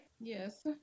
Yes